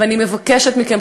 ואני מבקשת מכם,